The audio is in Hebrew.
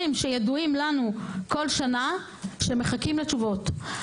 שידועים לנו כל שנה שמחכים לתשובות.